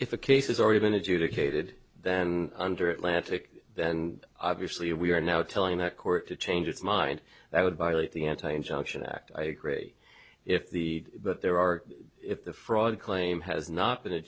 if a case has already been adjudicated then under atlantic then obviously we are now telling that court to change its mind that would violate the anti injunction act i agree if the but there are if the fraud claim has not been